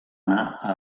anar